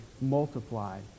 multiplied